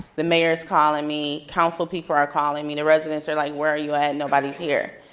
the mayor's calling me, council people are are calling me, the residents are like where you at, nobody's here.